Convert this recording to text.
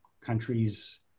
countries